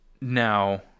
Now